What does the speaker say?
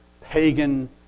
pagan